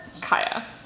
Kaya